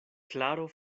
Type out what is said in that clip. klaro